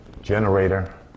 generator